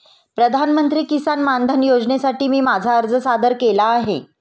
प्रधानमंत्री किसान मानधन योजनेसाठी मी माझा अर्ज सादर केला आहे